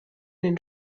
den